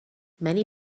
many